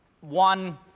one